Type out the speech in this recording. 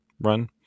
run